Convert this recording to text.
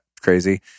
crazy